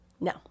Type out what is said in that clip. no